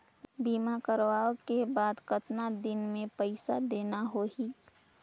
बीमा करवाओ के बाद कतना दिन मे पइसा देना हो ही?